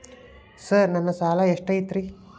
Sir ನನ್ನ ಸಾಲಾ ಎಷ್ಟು ಐತ್ರಿ?